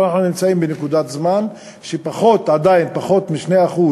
אבל אנחנו נמצאים בנקודת זמן שעדיין פחות מ-2%